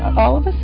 all of